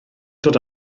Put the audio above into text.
dod